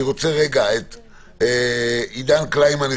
אני רוצה רגע את עידן קלימן,